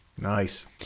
Nice